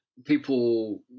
people